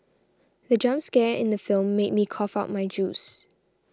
the jump scare in the film made me cough out my juice